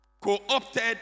co-opted